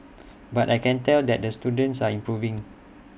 but I can tell that the students are improving